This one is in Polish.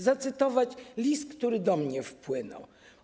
Zacytuję list, który do mnie wpłynął.